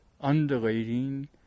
undulating